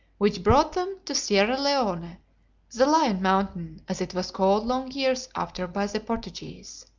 which brought them to sierra leone the lion mountain as it was called long years after by the portuguese.